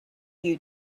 you